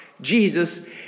Jesus